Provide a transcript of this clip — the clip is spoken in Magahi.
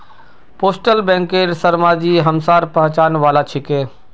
पोस्टल बैंकेर शर्माजी हमसार पहचान वाला छिके